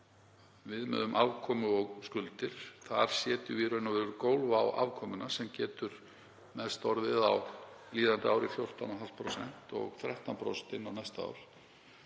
viðmið um afkomu og skuldir. Þar setjum við í raun gólf á afkomuna sem getur mest orðið á líðandi ári 14,5% og 13% inn á næsta ár.